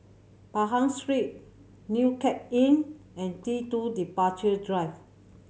Pahang Street New Cape Inn and T Two Departure Drive